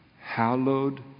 hallowed